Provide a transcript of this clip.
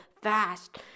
fast